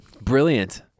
Brilliant